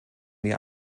wir